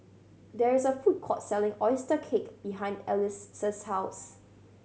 there is a food court selling oyster cake behind Alice house